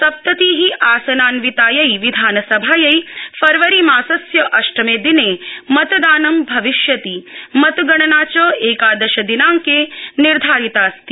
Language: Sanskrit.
सप्तति आसनान्वितायै विधानसभायै फरवरीमासस्य अष्टमे दिने मतदानं भविष्यति मतगणना च एकादशे दिनांके निर्धारितास्ति